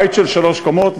בית של שלוש קומות,